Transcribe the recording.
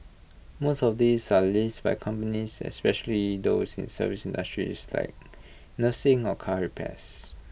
most of these are leased by companies especially those in service industries like nursing or car repairs